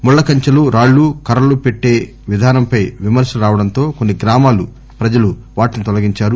ముళ్ల కంచెలురాళ్లు కర్రలు పెట్టే విధానంపై విమర్పలు రావడంతో కొన్పి గ్రామాల ప్రజలు వాటిని తొలగించారు